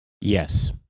Yes